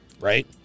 right